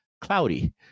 cloudy